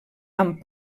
amb